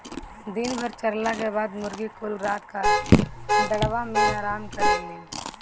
दिन भर चरला के बाद मुर्गी कुल रात क दड़बा मेन आराम करेलिन